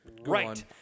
Right